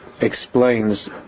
explains